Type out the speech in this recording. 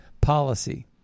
policy